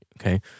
okay